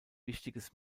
wichtiges